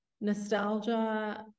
nostalgia